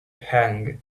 hung